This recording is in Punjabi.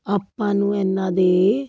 ਆਪਾਂ ਨੂੰ ਇਹਨਾਂ ਦੇ